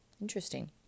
interesting